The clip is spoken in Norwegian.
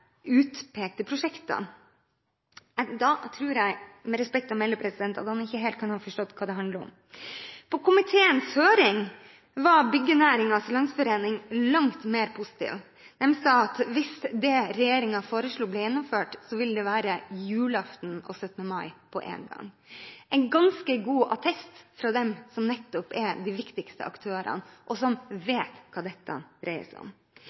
utpekte prosjekter. Da tror jeg med respekt å melde at han ikke helt kan ha forstått hva det handler om. På komiteens høring var Byggenæringens Landsforening langt mer positiv. De sa at hvis det regjeringen foreslo, ble gjennomført, ville det være julaften og 17. mai på en gang – en ganske god attest fra nettopp dem som er de viktigste aktørene, og som vet hva dette dreier seg om.